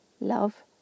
love